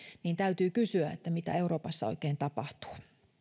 niin täytyy kysyä mitä euroopassa oikein tapahtuu